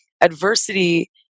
adversity